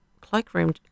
cloakroom